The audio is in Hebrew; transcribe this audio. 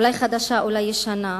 אולי חדשה, אולי ישנה,